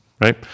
right